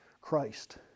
Christ